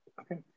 Okay